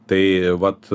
tai vat